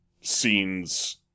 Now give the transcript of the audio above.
scenes